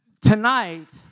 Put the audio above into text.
tonight